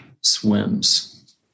swims